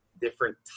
different